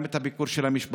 גם את הביקור של המשפחות,